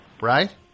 Right